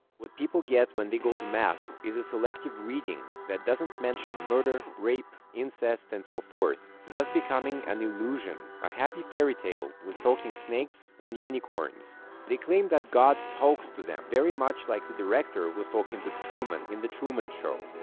what people get when they go to mass is a selective reading that doesn't mention murder rape incest and so forth thus becoming an illusion a happy fairytale with talking snakes and unicorns they claim that god talks to them very much like the director was talking to truman in the truman show